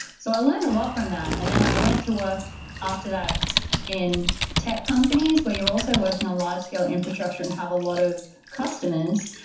so i learned a lot from that, and then i went to work after that in tech companies where you're also working on large-scale infrastructure and have a lot of customers,